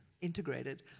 integrated